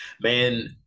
man